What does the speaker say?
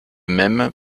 même